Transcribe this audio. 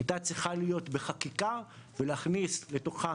היא הייתה צריכה להיות בחקיקה ולהכניס לתוכם